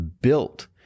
built